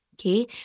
okay